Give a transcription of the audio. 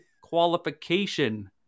qualification